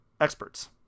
experts